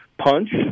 punch